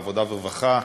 בעבודה ורווחה,